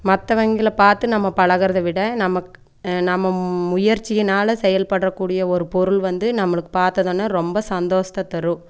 மற்றவங்கள பார்த்து நம்ம பழகறதை விட நம்ம நம்ம முயற்சியினால் செயல்படக்கூடிய ஒரு பொருள் வந்து நம்மளுக்கு பார்த்ததொன்னே ரொம்ப சந்தோசத்தை தரும்